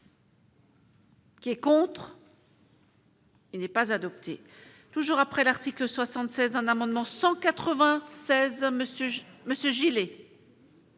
Qui est contre. Il n'est pas adopté toujours après l'article 76 un amendement 196 monsieur